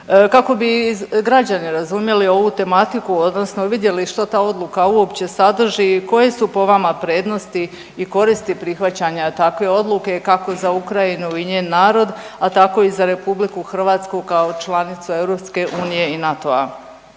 Kako bi građani razumjeli ovu tematiku odnosno vidjeli što ta odluka uopće sadrži koje su po vama prednosti i koristi prihvaćanja takve odluke kako za Ukrajinu i njen narod, a tako i za RH kao članicu EU i NATO-a.